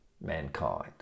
mankind